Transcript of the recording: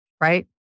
Right